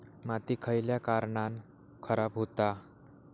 माती खयल्या कारणान खराब हुता?